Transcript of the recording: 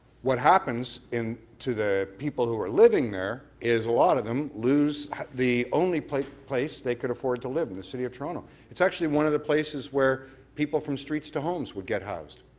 what happens in to the people who are living there is a lot of them lose the only place place they could afford to live in the city of toronto. it's actually one of the places where people from streets to homes would get housed.